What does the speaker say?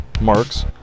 marks